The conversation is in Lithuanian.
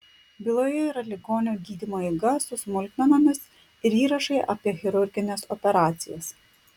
byloje yra ligonio gydymo eiga su smulkmenomis ir įrašai apie chirurgines operacijas